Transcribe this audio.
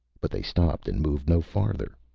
but they stopped and moved no farther.